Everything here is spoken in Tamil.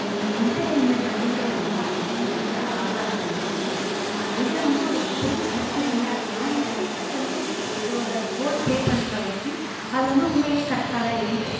என்டர்டெய்ன்மெண்ட் அப்படிங்கிறது வந்த அதிகமாக வந்து ஆக ஆரம்பிச்சிடுச்சு இதில் வந்து ஒரு பெரிய பிரச்சனை என்ன அப்படினா என்டர்டெய்ன்மெண்ட் வந்து ஓகே அதோடய ரோல் ப்ளே பண்ணுற வரைக்கும் அது வந்து உண்மையிலேயே கரெக்டாக தான் இருந்தது